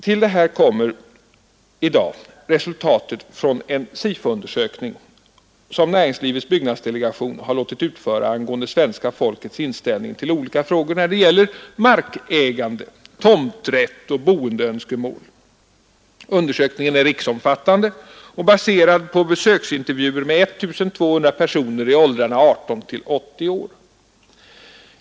Till detta kommer i dag resultatet från en Sifo-undersökning som näringslivets byggnadsdelegation har låtit utföra angående svenska folkets inställning till olika frågor när det gäller markägande, tomträtt och boendeönskemål m.m. Undersökningen är riksomfattande och baserad på besöksintervjuer med 1 200 personer i åldrarna 18—80 år.